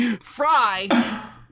Fry